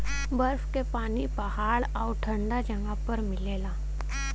बरफ के पानी पहाड़ आउर ठंडा जगह पर मिलला